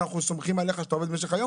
ואנחנו סומכים עליך שאתה עובד במשך היום